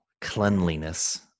cleanliness